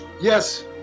Yes